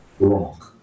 wrong